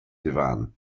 divan